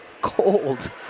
cold